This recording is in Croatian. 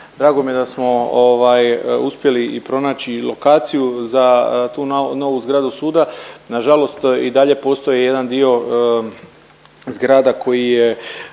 Drago mi je da smo ovaj uspjeli i pronaći i lokaciju za tu novu zgradu suda. Nažalost i dalje postoji jedan dio zgrada koji je